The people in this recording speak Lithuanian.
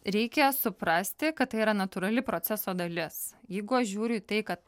reikia suprasti kad tai yra natūrali proceso dalis jeigu aš žiūriu į tai kad